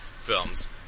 films